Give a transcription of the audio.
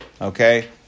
Okay